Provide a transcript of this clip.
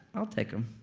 i'll take them.